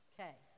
Okay